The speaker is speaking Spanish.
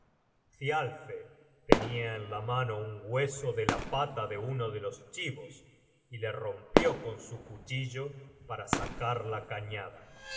thialfe tenia en la mano un hueso de la pata de uno de los chibos y le rompió con su cuchillo para sacar la cañada